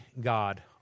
God